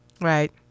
right